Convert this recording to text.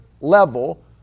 level